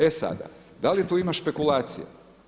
E sada, da li tu ima špekulacije?